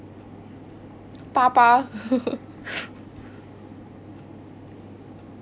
八八